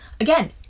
Again